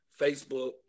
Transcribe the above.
Facebook